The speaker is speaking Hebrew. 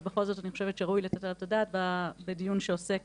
אבל בכל זאת אני חושבת שראוי לתת את הדעת בדיון שכן עוסק